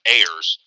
Ayers